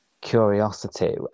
curiosity